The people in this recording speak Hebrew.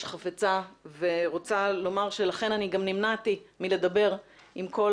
חפצה ורוצה לומר שלכן אני גם מנעתי מלדבר עם כל